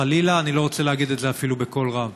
חלילה, אני לא רוצה להגיד את זה אפילו בקול רם.